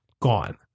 gone